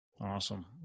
Awesome